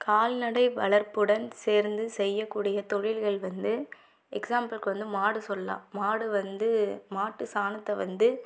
கால்நடை வளர்ப்புடன் சேர்ந்து செய்யக்கூடிய தொழில்கள் வந்து எக்ஸாம்பிளுக்கு வந்து மாடு சொல்லெலாம் மாடு வந்து மாட்டு சாணத்தை வந்து